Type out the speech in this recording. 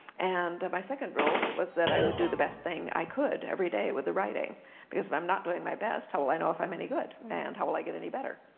and my second rule was that i would do the best thing i could every day with the writing because if i'm not doing my best, how will i know if i'm any good? and how will i get any better?